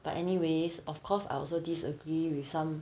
but anyways of course I also disagree with some